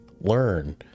learn